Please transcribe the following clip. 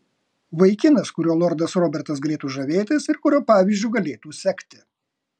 vaikinas kuriuo lordas robertas galėtų žavėtis ir kurio pavyzdžiu galėtų sekti